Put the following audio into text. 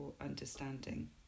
understanding